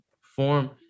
form